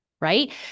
right